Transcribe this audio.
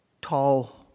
tall